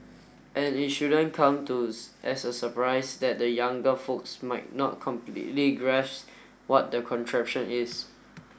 and it shouldn't come to as a surprise that the younger folks might not completely grasp what the contraption is